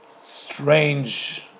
strange